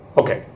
okay